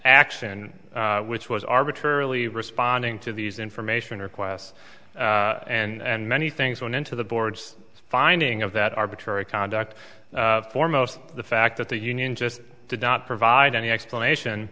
action which was arbitrarily responding to these information requests and many things going into the boards finding of that arbitrary conduct foremost the fact that the union just did not provide any explanation